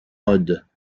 modes